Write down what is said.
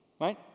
right